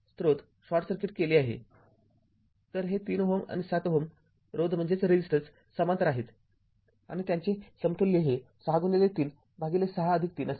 तर हे ३Ω आणि ६Ω रोध समांतर आहेत आणि त्यांचे समतुल्य हे ६३ भागिले ६३ असेल